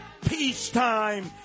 peacetime